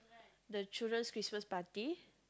the children's Christmas party